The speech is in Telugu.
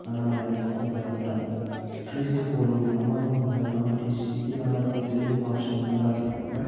అనాలని కొందరు అంటారు క్రీస్తు పూర్వం నాలుగు వందల నాటి శిధిలాలతో తెలుగు భాష ఉండాలి బట్